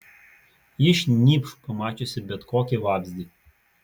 ji šnypš pamačiusi bet kokį vabzdį